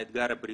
האתגר הבריאותי.